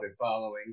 following